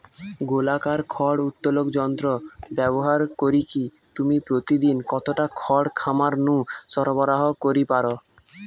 গোলাকার খড় উত্তোলক যন্ত্র ব্যবহার করিকি তুমি প্রতিদিন কতটা খড় খামার নু সরবরাহ করি পার?